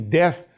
death